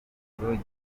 gikomeye